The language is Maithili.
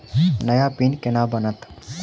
नया पिन केना बनत?